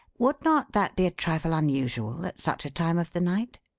would not that be a trifle unusual at such a time of the night?